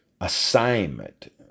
assignment